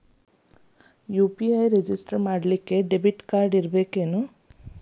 UPI register ಮಾಡ್ಲಿಕ್ಕೆ debit card ಇರ್ಬೇಕೇನು?